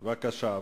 בבקשה.